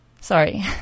Sorry